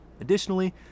Additionally